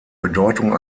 bedeutung